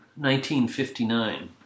1959